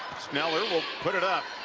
sneller will put it up.